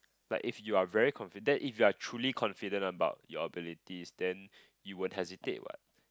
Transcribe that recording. like if you are very confident then if you are truly confident about your abilities then you won't hesitate what